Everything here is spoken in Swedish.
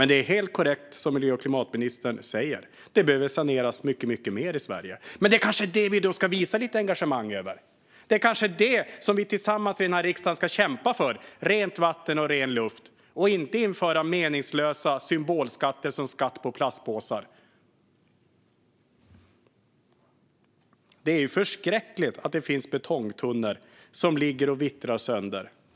Det är helt korrekt som miljö och klimatministern säger: Det behöver saneras mycket mer i Sverige. Men då är det kanske det vi ska visa lite engagemang i. Det kanske är det som vi här i riksdagen tillsammans ska kämpa för - rent vatten och ren luft - i stället för att införa meningslösa symbolskatter som skatt på plastpåsar. Det är ju förskräckligt att det finns betongtunnor som ligger och vittrar sönder.